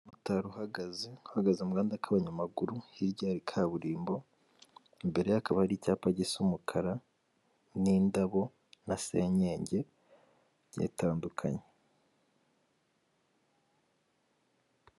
Umumotari uhagaze, uhagaze mu gahanda k'abanyamaguru, hirya hari kaburimbo, imbere ye hakaba hari icyapa gisa umukara n'indabo na senyenge bigiye bitandukanye.